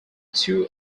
two